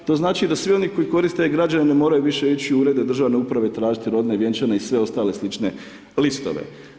To znači da svi oni koji koriste e-građane ne moraju više ići u Urede državne uprave tražiti rodne, vjenčane i sve ostale slične listove.